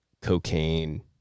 Cocaine